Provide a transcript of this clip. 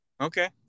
Okay